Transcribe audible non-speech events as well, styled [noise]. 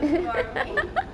[laughs]